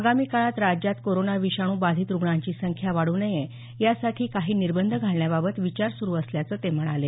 आगामी काळात राज्यात कोरोना विषाणू बाधित रुग्णांची संख्या वाढू नये यासाठी काही निर्बंध घालण्याबाबत विचार सुरु असल्याचं ते म्हणाले